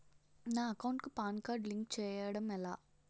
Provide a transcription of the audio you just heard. నా అకౌంట్ కు PAN card link చేయడం ఎలా?